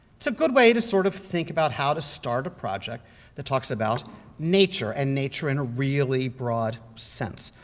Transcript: it's a good way to sort of think about how to start a project that talks about nature and nature in a really broad sense.